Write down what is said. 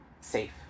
safe